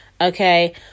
okay